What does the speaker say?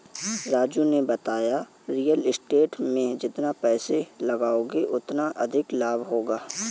राजू ने बताया real estate में जितना पैसे लगाओगे उतना अधिक लाभ होगा